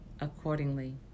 accordingly